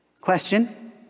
Question